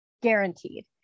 guaranteed